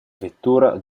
vettura